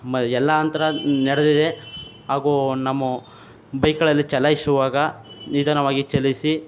ಮ ಎಲ್ಲ ಅಂತ್ರ ನಡೆದಿದೆ ಹಾಗೂ ನಮ್ಮ ಬೈಕ್ಗಳಲ್ಲಿ ಚಲಾಯಿಸುವಾಗ ನಿಧಾನವಾಗಿ ಚಲಿಸಿ